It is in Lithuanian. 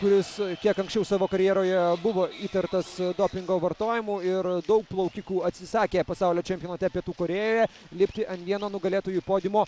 kuris kiek anksčiau savo karjeroje buvo įtartas dopingo vartojimu ir daug plaukikų atsisakė pasaulio čempionate pietų korėjoje lipti ant vieno nugalėtojų podiumo